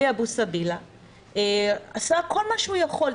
עלי אבו סבילה עשה כל מה שהוא יכול,